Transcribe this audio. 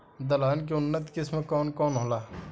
दलहन के उन्नत किस्म कौन कौनहोला?